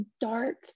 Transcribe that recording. dark